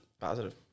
Positive